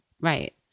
right